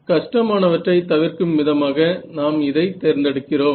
கஷ்டமானவற்றை தவிர்க்கும் விதமாக நாம் இதை தேர்ந்தெடுக்கிறோம்